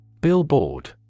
Billboard